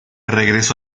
regreso